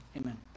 Amen